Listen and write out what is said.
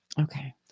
Okay